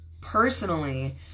personally